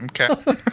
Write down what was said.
Okay